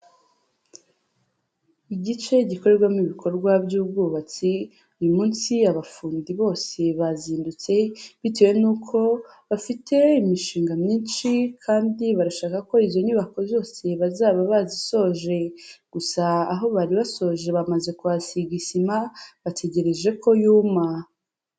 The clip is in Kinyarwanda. Igice gikorerwamo ibikorwa by'ubwubatsi, uyu munsi abafundi bose bazindutse, bitewe n'uko bafite imishinga myinshi kandi barashaka ko izo nyubako zose bazaba bazisoje gusa aho bari basoje bamaze kuhasiga isima, bategereje ko yuma.